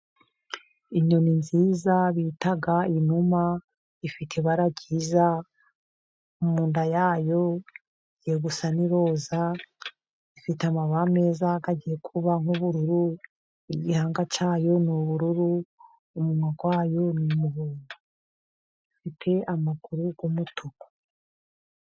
Inyoni nziza bita inuma, ifite ibara ryiza mu nda yayo hagiye gusa n'iroza, ifite amababa meza agiye kuba nk'ubururu, igihanga cyayo n'ubururu, umunwa wayo n'umuhondo, ifite amaguru y'umutuku.